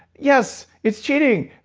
yes, it's cheating.